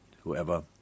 whoever